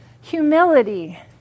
Humility